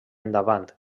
endavant